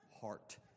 heart